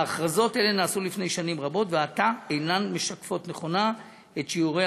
ההכרזות האלה נעשו לפני שנים רבות ועתה אינן משקפות נכונה את שיעורי